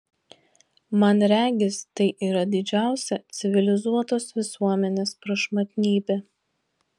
man regis tai yra didžiausia civilizuotos visuomenės prašmatnybė